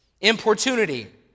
importunity